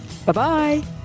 Bye-bye